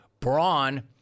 Braun